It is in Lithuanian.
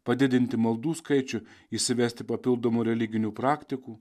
padidinti maldų skaičių įsivesti papildomų religinių praktikų